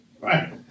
Right